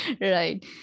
right